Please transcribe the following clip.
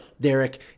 Derek